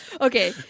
Okay